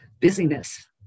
busyness